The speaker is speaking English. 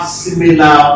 similar